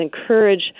encourage